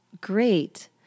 great